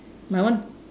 my one